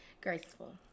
graceful